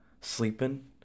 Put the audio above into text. sleeping